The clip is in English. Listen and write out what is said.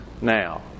Now